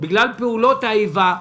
בגלל פעולות האיבה,